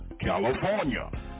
California